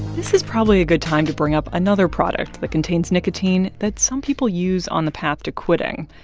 this is probably a good time to bring up another product that contains nicotine that some people use on the path to quitting,